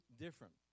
different